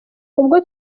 ubwo